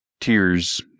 Tears